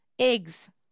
eggs